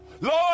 Lord